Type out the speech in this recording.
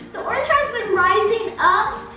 the orange has been rising up,